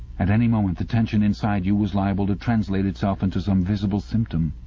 at any moment the tension inside you was liable to translate itself into some visible symptom.